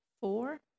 four